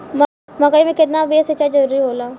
मकई मे केतना बेर सीचाई जरूरी होला?